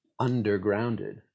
undergrounded